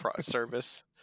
service